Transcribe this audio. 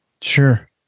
Sure